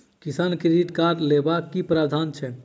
किसान credit card लेबाक की प्रावधान छै?